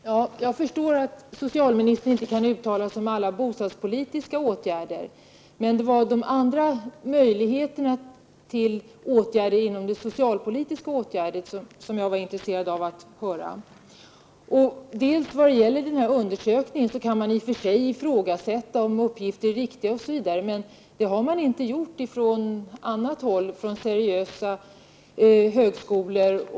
Herr talman! Jag förstår att socialministern inte kan uttala sig om alla bostadspolitiska åtgärder. Det var vissa möjligheter till åtgärder inom det socialpolitiska området som jag var intresserad av att höra något om. Vad gäller den nämnda undersökningen kan man i och för sig ifrågasätta t.ex. uppgifternas riktighet, men det har varken seriösa högskolor eller forskare eller någon annan gjort.